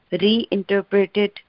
reinterpreted